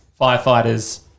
firefighters